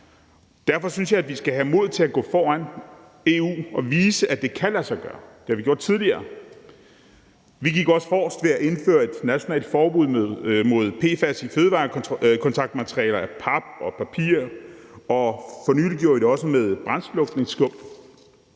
Derfor synes jeg, vi skal have mod til at gå foran i EU og vise, at det kan lade sig gøre. Det har vi gjort tidligere. Vi gik også forrest ved at indføre et nationalt forbud mod PFAS i fødevarekontaktmaterialer af pap og papir, og for nylig gjorde vi det også med brandslukningsskum.